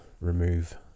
remove